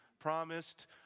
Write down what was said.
promised